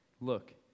look